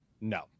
No